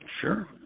Sure